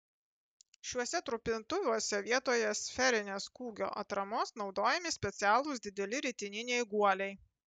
šiuose trupintuvuose vietoje sferinės kūgio atramos naudojami specialūs dideli ritininiai guoliai